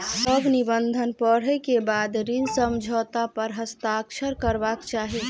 सभ निबंधन पढ़ै के बाद ऋण समझौता पर हस्ताक्षर करबाक चाही